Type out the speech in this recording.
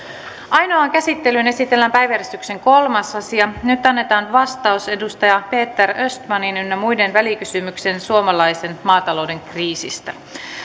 ainoaan käsittelyyn esitellään päiväjärjestyksen kolmas asia nyt annetaan vastaus edustaja peter östmanin ynnä muuta välikysymykseen suomalaisen maatalouden kriisistä